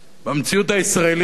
במציאות הישראלית